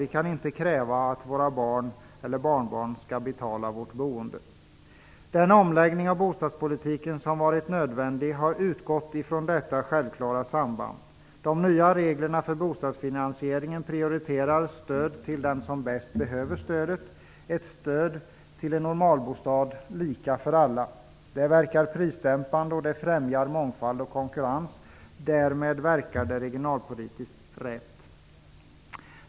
Vi kan inte kräva att våra barn eller barnbarn skall betala vårt boende. Den omläggning av bostadspolitiken som varit nödvändig har utgått från detta självklara samband. De nya reglerna för bostadsfinansieringen prioriterar stöd till den som bäst behöver stödet -- ett stöd till en normalbostad, lika för alla. Det verkar prisdämpande, och det främjar mångfald och konkurrens. Därmed verkar det regionalpolitiskt rätt.